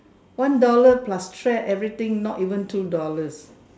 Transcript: one dollar plus thread everything not even two dollars